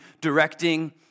directing